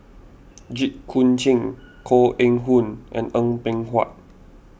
Jit Koon Ch'ng Koh Eng Hoon and Eng Png Huat